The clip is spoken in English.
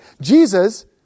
Jesus